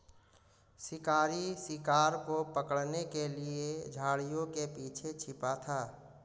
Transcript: शिकारी शिकार को पकड़ने के लिए झाड़ियों के पीछे छिपा था